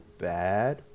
bad